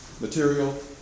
material